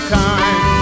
time